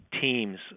teams